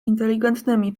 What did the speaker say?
inteligentnymi